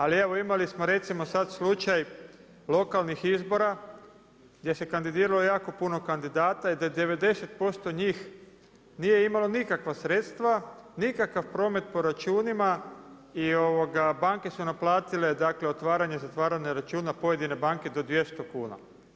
Ali evo imali smo recimo sad slučaj lokalnih izbora, gdje se kandidiralo jako puno kandidata i da je 90% njih nije imalo nikakva sredstva, nikakav promet po računima i banke su naplatile otvaranje, zatvaranje računa, pojedine banke do 200 kuna.